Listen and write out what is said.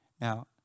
Now